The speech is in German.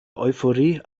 euphorie